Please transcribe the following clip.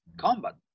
combat